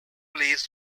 plays